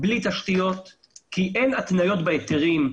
בלי תשתיות כי אין התניות בהיתרים.